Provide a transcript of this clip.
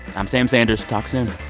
i'm sam sanders. talk soon